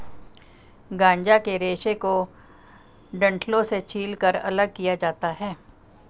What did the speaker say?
गांजा के रेशे को डंठलों से छीलकर अलग किया जाता है